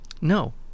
No